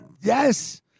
yes